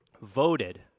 voted